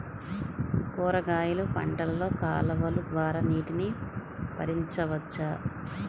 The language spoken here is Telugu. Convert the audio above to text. కూరగాయలు పంటలలో కాలువలు ద్వారా నీటిని పరించవచ్చా?